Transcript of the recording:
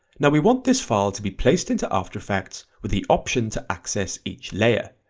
now we want this file to be placed into after effecs with the option to access each layer,